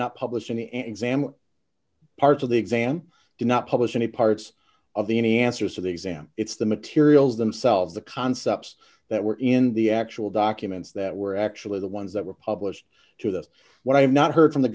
not publish in an exam part of the exam did not publish any parts of the any answers to the exam it's the materials themselves the concepts that were in the actual documents that were actually the ones that were published to that's what i have not heard from the